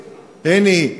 הנה,